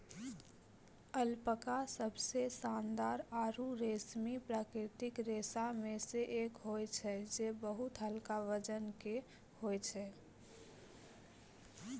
alpaca सबसें शानदार आरु रेशमी प्राकृतिक रेशा म सें एक होय छै जे बहुत हल्का वजन के होय छै